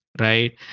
right